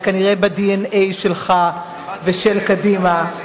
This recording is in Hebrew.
זה כנראה ב-DNA שלך ושל קדימה.